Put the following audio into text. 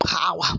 power